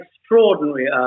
extraordinary